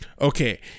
Okay